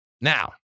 Now